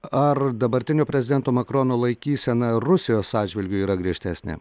ar dabartinio prezidento makrono laikysena rusijos atžvilgiu yra griežtesnė